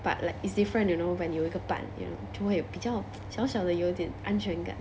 but like is different you know when 有一个伴 you know 就会比较 小小的有点安全感